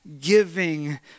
giving